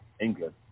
England